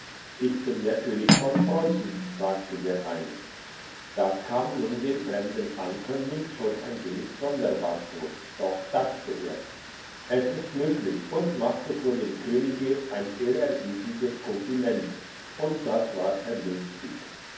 ich bin der könig von preussen sagte der eine das kam nun dem fremden ankömmling schon ein wenig sonderbar vor doch dachte er es ist möglich und machte vor dem könige ein ehrerbietiges kompliment und das war vernünftig